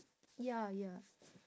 ya ya